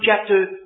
chapter